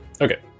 Okay